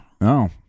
No